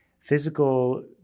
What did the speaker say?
physical